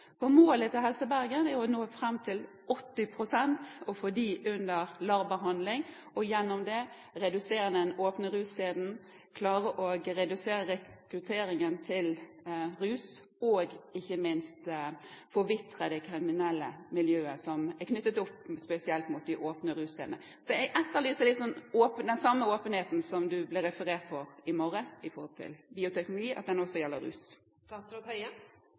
Målet til Helse Bergen er å nå fram til 80 pst. og få dem under lavterskelbehandling og gjennom det redusere den åpne russcenen, klare å redusere rekrutteringen til rus og ikke minst få det kriminelle miljøet, som spesielt er knyttet til de åpne russcenene, til å forvitre. Jeg etterlyser at den samme åpenheten som statsråden ble referert på i morges når det gjelder bioteknologi,